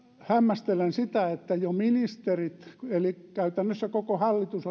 hämmästelen sitä että ministerit eli käytännössä koko hallitus